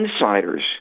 insiders